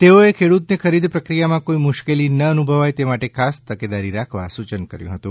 તેઓએ ખેડૂતોને ખરીદ પ્રક્રિયામાં કોઇ મુશ્કેલી ન અનુભવાય તે માટે ખાસ તકેદારી રાખવા સૂચન કર્યું હતું